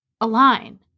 align